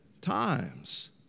times